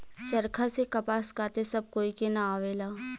चरखा से कपास काते सब कोई के ना आवेला